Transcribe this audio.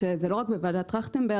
שזה לא רק בוועדת טרכטנברג,